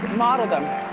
model them.